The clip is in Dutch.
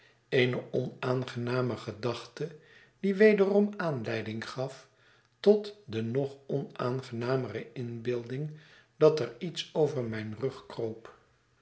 eene onaangename gedachte die wederom aanleiding gaf tot de nog onaangenamer inbeelding dat er iets over mijn rug kroop